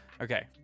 okay